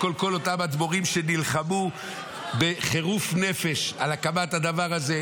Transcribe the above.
בקול כל אותם האדמו"רים שנלחמו בחירוף נפש על הקמת הדבר הזה,